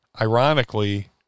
Ironically